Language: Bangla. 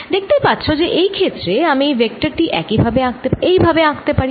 দেখতেই পাচ্ছ যে এই ক্ষেত্রে আমি ভেক্টর টি এই ভাবে আঁকতে পারি